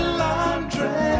laundry